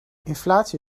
inflatie